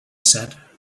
said